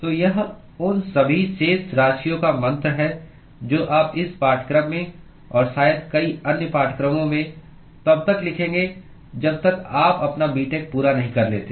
तो यह उन सभी शेष राशियों का मंत्र है जो आप इस पाठ्यक्रम में और शायद कई अन्य पाठ्यक्रमों में तब तक लिखेंगे जब तक आप अपना बीटेक पूरा नहीं कर लेते